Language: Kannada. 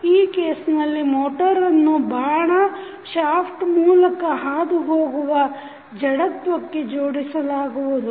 ಈಗ ಈ ಕೇಸ್ನಲ್ಲಿ ಮೋಟರನ್ನು ಬಾಣ shaft ಮೀಲಕ ಹಾದು ಹೋಗುವ ಜಡತ್ವಕ್ಕೆ ಜೋಡಿಸಲಾಗುವುದು